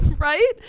Right